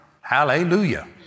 Hallelujah